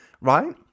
right